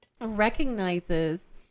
recognizes